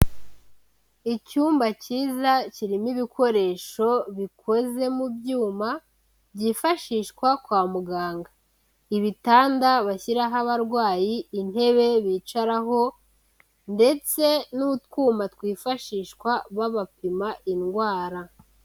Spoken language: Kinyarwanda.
Icyumba cyiza kirimo ibikoresho bikoze mu byuma, byifashishwa kwa muganga. Ibitanda bashyiraho abarwayi, intebe bicaraho ndetse n'utwuma twifashishwa babapima indwara.